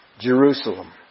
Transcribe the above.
Jerusalem